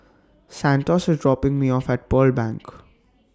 Santos IS dropping Me off At Pearl Bank